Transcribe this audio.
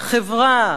חברה.